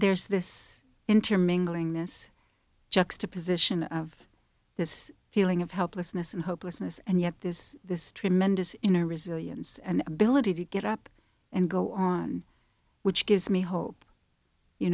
there's this intermingling this juxtaposition of this feeling of helplessness and hopelessness and yet this this tremendous in our resilience and ability to get up and go on which gives me hope you